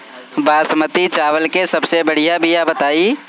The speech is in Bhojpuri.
बासमती चावल के सबसे बढ़िया बिया बताई?